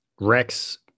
Rex